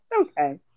Okay